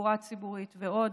תחבורה ציבורית ועוד.